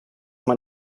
man